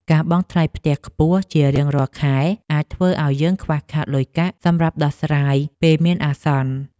ការបង់ថ្លៃផ្ទះខ្ពស់ជារៀងរាល់ខែអាចធ្វើឱ្យយើងខ្វះខាតលុយកាក់សម្រាប់ដោះស្រាយពេលមានអាសន្ន។